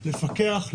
לפקח,